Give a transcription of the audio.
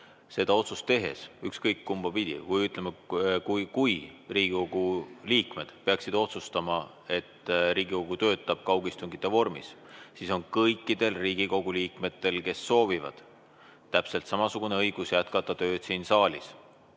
seda otsust tehes, kui Riigikogu liikmed peaksid otsustama, et Riigikogu töötab kaugistungite vormis, siis on kõikidel Riigikogu liikmetel, kes soovivad, täpselt samasugune õigus jätkata tööd siin saalis.